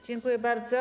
Dziękuję bardzo.